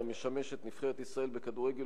המשמש את נבחרת ישראל בכדורגל,